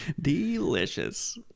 Delicious